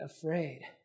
afraid